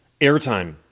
airtime